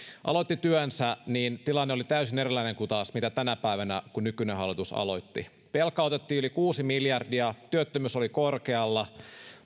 aloitti työnsä niin tilanne oli täysin erilainen kuin taas tänä päivänä kun nykyinen hallitus aloitti velkaa otettiin yli kuusi miljardia työttömyys oli korkealla